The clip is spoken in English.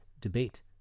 debate